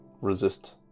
resist